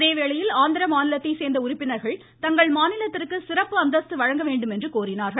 அதே வேளையில் ஆந்திர மாநிலத்தைச் சேர்ந்த உறுப்பினர்கள் தங்கள் மாநிலத்திற்கு சிறப்பு அந்தஸ்து வழங்க வேண்டுமென்று கோரினார்கள்